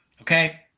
Okay